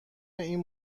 این